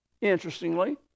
interestingly